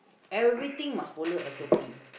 everything must follow S_O_P